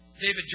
David